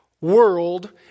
world